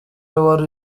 wari